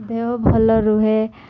ଦେହ ଭଲ ରୁହେ